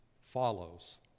follows